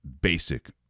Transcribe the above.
basic